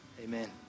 amen